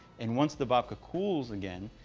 and once the babka cools again,